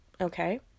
okay